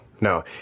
no